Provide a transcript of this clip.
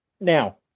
Now